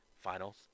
finals